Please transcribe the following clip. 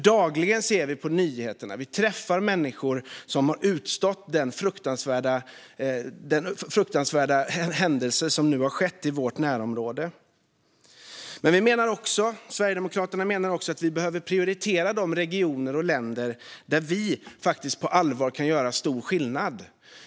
Dagligen ser vi på nyheterna och träffar människor som utstått de fruktansvärda händelser som nu har skett i vårt närområde. Sverigedemokraterna menar också att vi behöver prioritera de regioner och länder där vi på allvar kan göra stor skillnad.